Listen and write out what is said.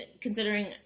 considering